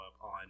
on